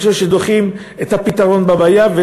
אני חושב שדוחים את הטיפול בבעיה.